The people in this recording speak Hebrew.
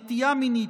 נטייה מינית,